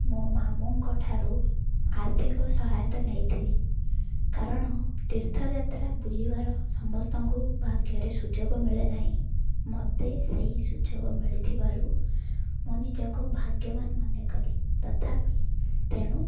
ମୋ ମାମୁଁଙ୍କଠାରୁ ଆର୍ଥିକ ସହାୟତା ନେଇଥିଲି କାରଣ ତୀର୍ଥଯାତ୍ରା ବୁଲିବାର ସମସ୍ତଙ୍କୁ ଭାଗ୍ୟରେ ସୁଯୋଗ ମିଳେନାହିଁ ମୋତେ ସେହି ସୁଯୋଗ ମିଳିଥିବାରୁ ମୁଁ ନିଜକୁ ଭାଗ୍ୟମାନ ମନେ କଲି ତଥାପି ତେଣୁ